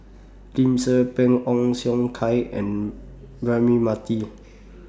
Lim Tze Peng Ong Siong Kai and Braema Mathi